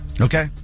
okay